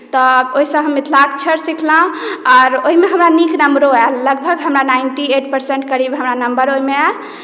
तऽ ओहिसँ हम मिथिलाक्षर सिखलहुँ आओर ओहिमे हमरा नीक नम्बरो आयल लगभग हमरा नाइन्टी एइट परसेंट करीब हमरा नम्बर ओहिमे आएल